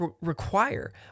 require